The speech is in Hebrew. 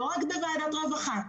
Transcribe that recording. לא רק בוועדת הרווחה,